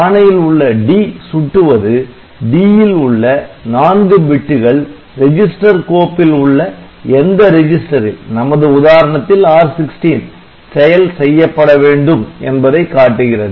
ஆணையில் உள்ள 'd' சுட்டுவது 'd' ல் உள்ள நான்கு பிட்டுகள் ரெஜிஸ்டர் கோப்பில் உள்ள எந்த ரிஜிஸ்டரில் நமது உதாரணத்தில் R16 செயல் செய்யப்படவேண்டும் என்பதை காட்டுகிறது